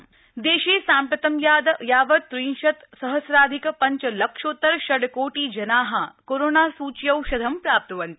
Covid देशे साम्प्रतं यावत् त्रिंशत सहस्राधिक पञ्चलक्षोत्तर षड्कोटि जना कोरोना सूच्यौषधं प्राप्तवन्त